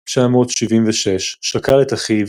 ב-1976 שכל את אחיו,